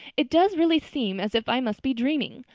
it does really seem as if i must be dreaming.